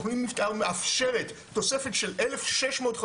תוכנית המתאר מאפשרת תוספת של 1,650